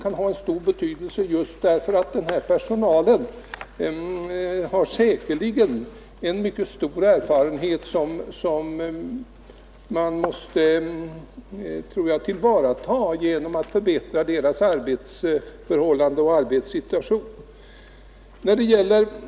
Fång 7 april 1972 vårdspersonalen har säkerligen mycket stora erfarenheter som man bör kunna tillvarata genom att förbättra dess arbetsförhållanden och arbetssituation i övrigt.